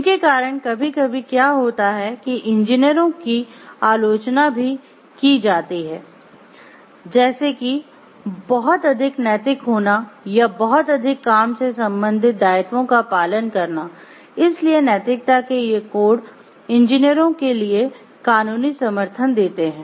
इनके कारण कभी कभी क्या होता है कि इंजीनियरों की आलोचना भी की जाती है जैसे कि बहुत अधिक नैतिक होना या बहुत अधिक काम से संबंधित दायित्वों का पालन करना इसलिए नैतिकता के ये कोड इंजीनियरों के लिए कानूनी समर्थन देते हैं